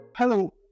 Hello